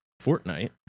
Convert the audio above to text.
Fortnite